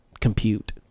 compute